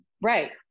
right